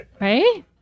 right